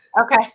Okay